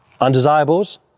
undesirables